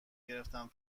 گرفتم